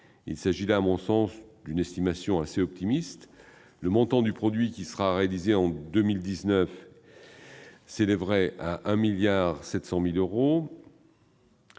Il s'agit là, à mon sens, d'une estimation optimiste : le montant du produit qui sera réalisé en 2019 est estimé à 1,700 milliard d'euros